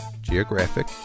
Geographic